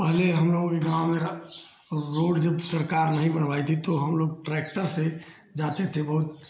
पहले हमलोग के गाँव में र रोड जब सरकार नहीं बनवाई थी तो हमलोग ट्रैक्टर से जाते थे बहुत